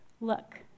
Look